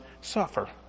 suffer